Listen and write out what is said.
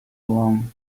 along